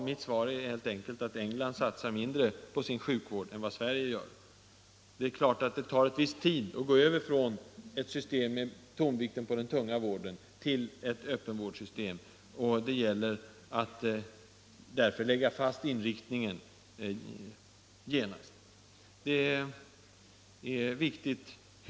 Mitt svar är helt enkelt att England satsar mindre på sin sjukvård än vi i Sverige gör på vår. Det är klart att det tar en viss tid att gå över från ett system med tonvikten på den tunga slutna vården till ett öppenvårdssystem, och det gäller därför att lägga fast inriktningen genast.